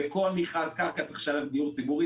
בכל מכרז קרקע צריך לשלב דיור ציבורי.